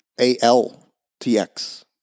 A-L-T-X